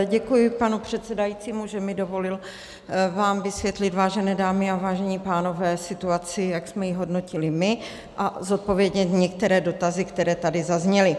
Děkuji panu předsedajícímu, že mi dovolil vám vysvětlit, vážené dámy a vážení pánové, situaci, jak jsme ji hodnotili my, a zodpovědět některé dotazy, které tady zazněly.